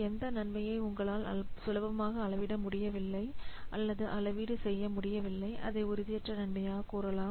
எந்த நன்மையை உங்களால் சுலபமாக அளவிட முடியவில்லை அல்லது அளவீடு செய்ய முடியவில்லை அதை உறுதியற்ற நன்மையாக கூறலாம்